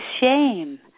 shame